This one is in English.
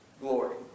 glory